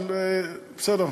אבל בסדר,